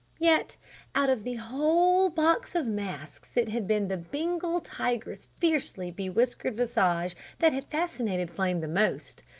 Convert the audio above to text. yet out of the whole box of masks it had been the bengal tiger's fiercely bewhiskered visage that had fascinated flame the most.